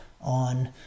on